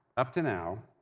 up to now,